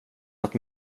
att